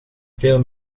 veel